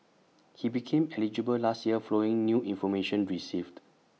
he became eligible last year following new information received